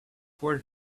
was